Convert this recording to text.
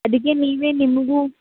ಅದಕ್ಕೆ ನೀವೇ ನಿಮಗು